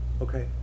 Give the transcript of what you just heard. Okay